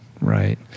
Right